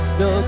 no